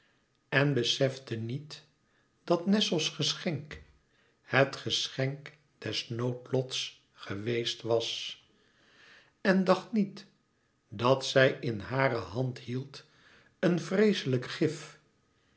en besefte niet dat nessos geschenk het geschenk des noodlots geweest was en dacht niet dat zij in hare hand hield een vreeslijk gif